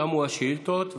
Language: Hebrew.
תמו השאילתות.